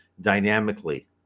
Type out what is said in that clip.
dynamically